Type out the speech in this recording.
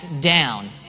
down